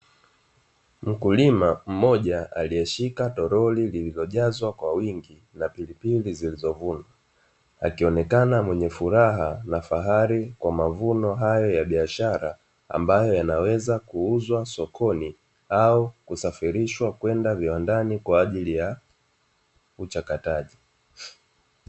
Mkulima mmoja aliyeshika toroli lililojazwa kwa wingi la pilipili zilizovunwa, akionekana mwenye furaha na fahari kwa mavuno hayo ya biashara ambayo yanaweza kuuzwa sokoni au kusafirishwa kwenda viwandani kwa ajili ya uchakataji.